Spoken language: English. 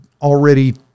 already